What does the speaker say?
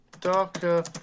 Darker